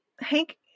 Hank